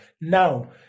Now